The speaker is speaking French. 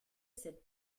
cette